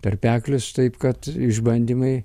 tarpeklius taip kad išbandymai